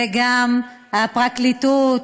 וגם הפרקליטות,